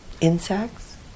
Insects